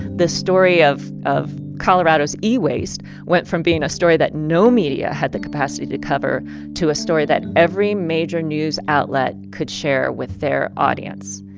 the story of of colorado's e-waste went from being a story that no media had the capacity to cover to a story that every major news outlet could share with their audience.